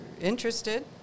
interested